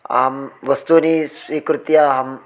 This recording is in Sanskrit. आं वस्तूनि स्वीकृत्य अहम्